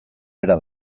bera